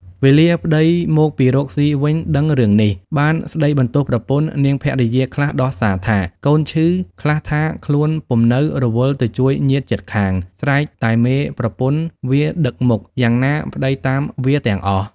វេលាប្តីមកពីរកស៊ីវិញដឹងរឿងនេះ បានស្តីបន្ទោសប្រពន្ធ នាងភវិយាខ្លះដោះ សាថា កូនឈឺ ខ្លះថា ខ្លួនពុំនៅរវល់ទៅជួយញាតិជិតខាងស្រេចតែមេប្រពន្ធវាដឹកមុខ យ៉ាងណា ប្តីតាមវាទាំងអស់ ។